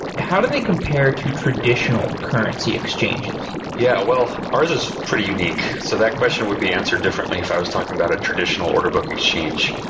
how do they compare to traditional currency exchanges? yeah. well, ours is pretty unique. so that question would be answered differently if i was talking about a traditional order book exchange,